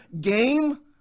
game